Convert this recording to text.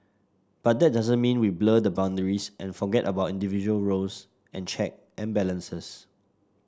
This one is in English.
but that doesn't mean we blur the boundaries and forget about individual roles and check and balances